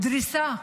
דריסה